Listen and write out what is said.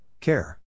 care